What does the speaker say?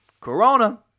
Corona